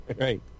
right